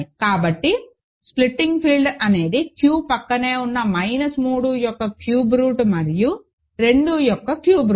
కాబట్టి splitting field అనేది Q ప్రక్కనే ఉన్న మైనస్ 3 యొక్క క్యూబ్ రూట్ మరియు 2 యొక్క క్యూబ్ రూట్